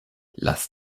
lass